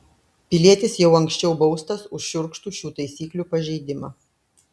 pilietis jau anksčiau baustas už šiurkštų šių taisyklių pažeidimą